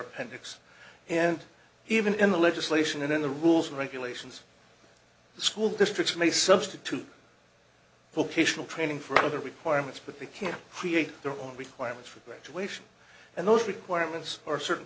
appendix and even in the legislation and in the rules and regulations the school districts may substitute petitional training for other requirements but they can't create their own requirements for graduation and those requirements are certain